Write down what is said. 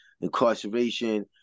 incarceration